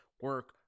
Work